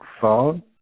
phone